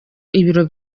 ibiro